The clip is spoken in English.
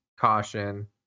caution